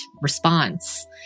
response